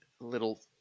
little